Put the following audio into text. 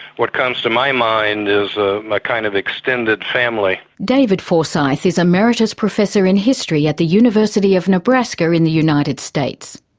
what comes to my mind is ah a kind of extended family. david forsythe is emeritus professor in history at the university of nebraska in the united states.